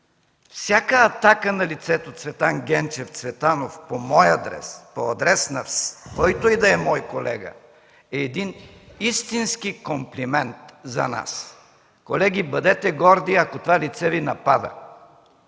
Всяка атака на лицето Цветан Генчев Цветанов по мой адрес, по адрес на който и да е мой колега е истински комплимент за нас. Колеги, бъдете горди, ако това лице Ви напада.